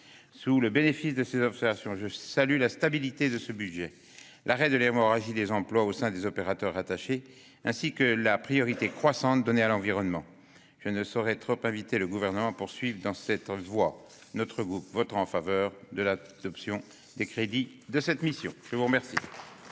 Sous le bénéfice de ces observations, je salue la stabilité de ce budget, l'arrêt de l'hémorragie des emplois au sein des opérateurs rattachés, ainsi que la priorité croissante donnée à l'environnement. Je ne saurais trop inviter le Gouvernement à poursuivre dans cette voie. Notre groupe votera en faveur de l'adoption des crédits de cette mission. La parole